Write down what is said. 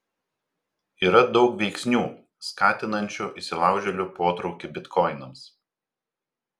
yra daug veiksnių skatinančių įsilaužėlių potraukį bitkoinams